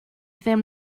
ddim